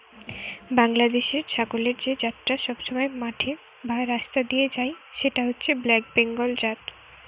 বাংলাদেশের ছাগলের যে জাতটা সবসময় মাঠে বা রাস্তা দিয়ে যায় সেটা হচ্ছে ব্ল্যাক বেঙ্গল জাত